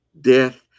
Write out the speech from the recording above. Death